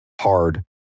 hard